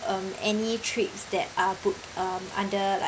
um any trips that are booked um under like